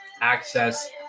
access